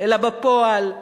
אלא בפועל,